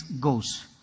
goes